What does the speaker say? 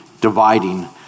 dividing